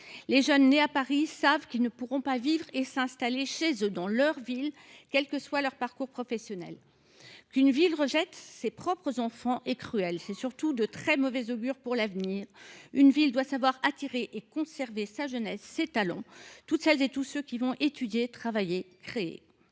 Les jeunes nés à Paris savent qu’ils ne pourront pas vivre chez eux, dans leur ville, quel que soit leur parcours professionnel. Qu’une ville rejette ses propres enfants est cruel et, surtout, de très mauvais augure pour l’avenir. Elle doit savoir attirer et conserver sa jeunesse, ses talents, toutes celles et tous ceux qui étudieront, travailleront et